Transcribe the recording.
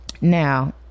Now